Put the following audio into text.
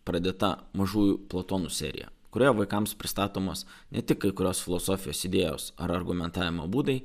pradėta mažųjų plutonu serija kurioje vaikams pristatomos ne tik kai kurios filosofijos idėjos ar argumentavimo būdai